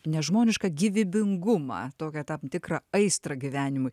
nežmonišką gyvybingumą tokią tam tikrą aistrą gyvenimui